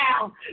now